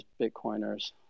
Bitcoiners